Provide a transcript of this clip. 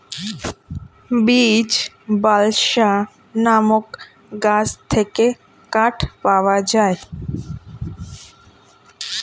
beech, balsa নামক গাছ থেকে কাঠ পাওয়া যায়